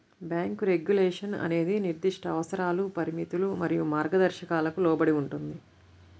bank regulation అనేది నిర్దిష్ట అవసరాలు, పరిమితులు మరియు మార్గదర్శకాలకు లోబడి ఉంటుంది,